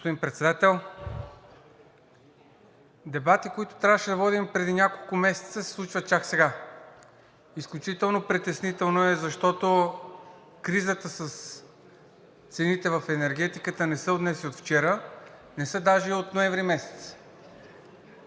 Господин Председател, дебати, които трябваше да водим преди няколко месеца, се случват чак сега. Изключително притеснително е, защото кризата с цените в енергетиката не е от днес и от вчера, не е даже и от месец